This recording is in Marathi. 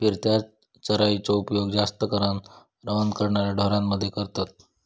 फिरत्या चराइचो उपयोग जास्त करान रवंथ करणाऱ्या ढोरांमध्ये करतत